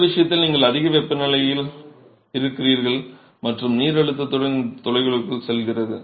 இந்த விஷயத்தில் நீங்கள் அதிக வெப்பநிலையில் இருக்கிறீர்கள் மற்றும் நீர் அழுத்தத்துடன் இந்த துளைகளுக்குள் செல்கிறது